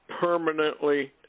permanently